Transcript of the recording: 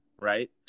Right